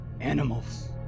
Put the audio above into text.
animals